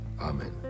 Amen